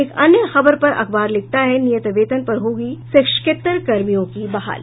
एक अन्य खबर पर अखबार लिखता है नियत वेतन पर होगी शिक्षकेत्तर कर्मियों की बहाली